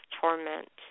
torment